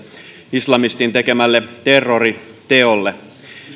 islamistin tekemälle terroriteolle